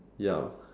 yeah